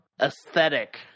Aesthetic